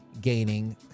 gaining